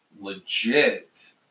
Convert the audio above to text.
legit